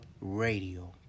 Radio